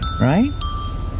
right